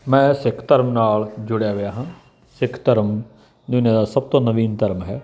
ਮੈਂ ਸਿੱਖ ਧਰਮ ਨਾਲ ਜੁੜਿਆ ਹੋਇਆ ਹਾਂ ਸਿੱਖ ਧਰਮ ਦੁਨੀਆਂ ਦਾ ਸਭ ਤੋਂ ਨਵੀਨ ਧਰਮ ਹੈ